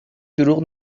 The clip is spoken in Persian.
دروغ